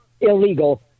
illegal